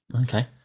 Okay